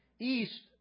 east